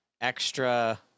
extra